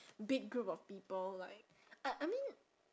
big group of people like I I mean